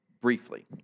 briefly